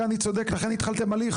צודק, לכן התחלתם הליך?